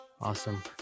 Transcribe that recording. Awesome